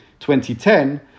2010